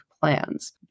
plans